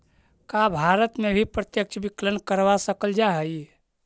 का भारत में भी प्रत्यक्ष विकलन करवा सकल जा हई?